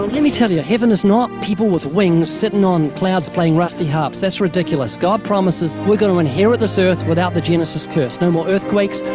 let me tell you, heaven is not people with wings sitting on crowds playing rusty harps. that's ridiculous. god promises were going to inherit this earth without the genesis curse. no more earthquakes,